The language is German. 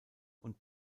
und